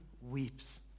weeps